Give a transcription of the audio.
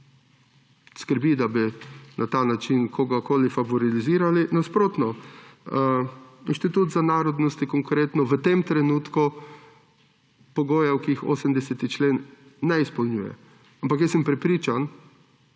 skrbi, da bi na ta način kogarkoli favorizirali. Nasprotno, Inštitut za narodnostna vprašanja konkretno v tem trenutku pogojev, ki jih zahteva 80. člen, ne izpolnjuje, ampak sem prepričan,